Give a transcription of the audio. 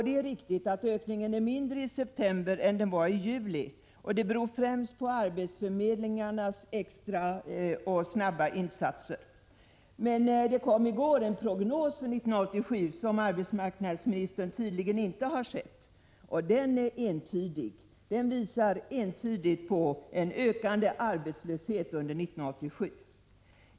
Det är riktigt att ökningen är mindre i september än den var i juli, och det beror främst på arbetsförmedlingarnas extra och snabba insatser. Men det kom i går en prognos för 1987 som arbetsmarknadsministern tydligen inte har sett, och den visar entydigt på en ökande arbetslöshet under 1987.